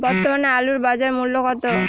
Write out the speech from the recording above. বর্তমানে আলুর বাজার মূল্য কত?